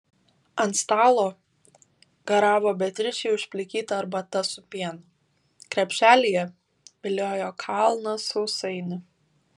ant stalo garavo beatričei užplikyta arbata su pienu krepšelyje viliojo kalnas sausainių